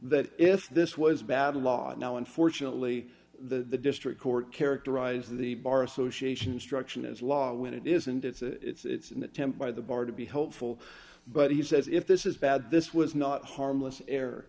that if this was bad law now unfortunately the district court characterized the bar association instruction as law when it is and it's an attempt by the bar to be hopeful but he says if this is bad this was not harmless